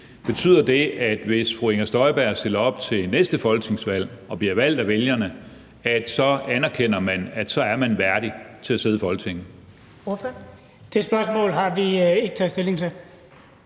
betyder det, at hvis fru Inger Støjberg stiller op til næste folketingsvalg og bliver valgt af vælgerne, så anerkender man, at hun er værdig til at sidde i Folketinget?